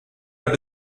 and